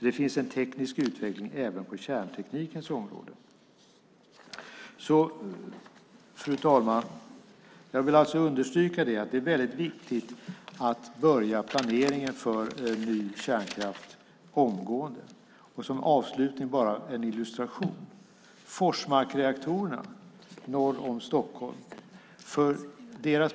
Det finns en teknisk utveckling även på kärnteknikens område. Fru talman! Jag vill alltså understryka att det är väldigt viktigt att börja planeringen för en ny kärnkraft omgående. Som avslutning vill jag ge en illustration: Norr om Stockholm finns Forsmarksreaktorerna.